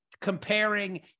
comparing